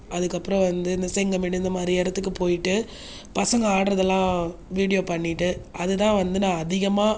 அதுக்கப்புறம் இந்த செங்கமேடு இந்த மாதிரி இடத்துக்கு போய்விட்டு பசங்கள் ஆடுகிறதெல்லாம் வீடியோ பண்ணிகிட்டு அதுதான் வந்து நான் அதிகமாக